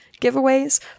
giveaways